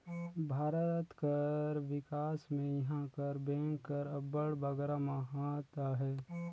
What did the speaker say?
भारत कर बिकास में इहां कर बेंक कर अब्बड़ बगरा महत अहे